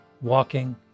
walking